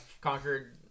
conquered